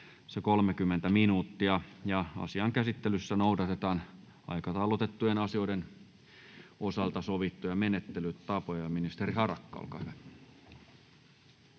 30 minuuttia. Asian käsittelyssä noudatetaan aikataulutettujen asioiden osalta sovittuja menettelytapoja. — Ministeri Harakka, olkaa hyvä.